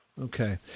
Okay